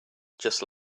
just